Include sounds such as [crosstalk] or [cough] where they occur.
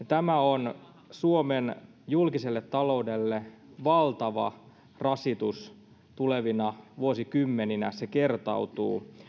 [unintelligible] tämä on suomen julkiselle taloudelle valtava rasitus tulevina vuosikymmeninä se kertautuu